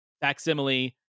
facsimile